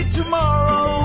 tomorrow